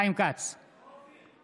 נגד ישראל כץ, נגד רון כץ, בעד יוראי להב